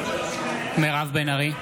בעד מירב בן ארי,